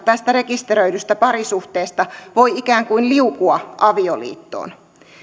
tästä rekisteröidystä parisuhteesta voi ikään kuin liukua avioliittoon